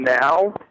now